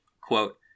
quote